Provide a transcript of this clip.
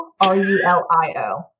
R-U-L-I-O